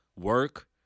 Work